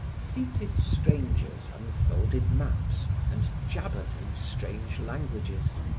seated strangers unfolded maps and jabbered in strange languages.